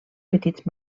petits